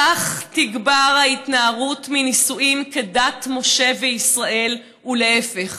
כך תגבר ההתנערות מנישואים כדת משה וישראל ולהפך.